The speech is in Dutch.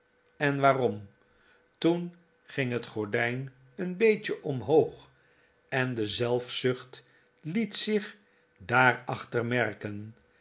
en waarom toen ging het gordijn een beetje omhoog en de zelfzucht liet zich daarachter merken